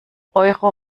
euro